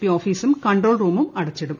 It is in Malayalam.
പി ഓഫീസും കൺട്രോൾ റൂമും അട്ച്ചിടും